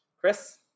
chris